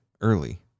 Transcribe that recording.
early